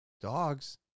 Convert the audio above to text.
Dogs